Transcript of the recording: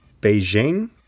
Beijing